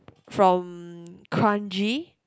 from kranji